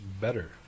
better